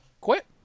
quit